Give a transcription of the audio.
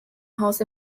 haus